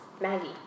Maggie